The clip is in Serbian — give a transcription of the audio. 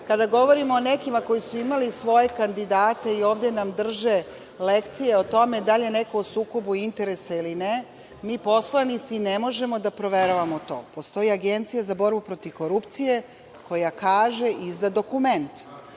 kada govorimo o nekima koji su imali svoje kandidate i ovde nam drže lekcije o tome da li je neko u sukobu interesa ili ne, mi poslanici ne možemo da proveravamo to. Postoji Agencija za borbu protiv korupcije koja kaže i izda dokument.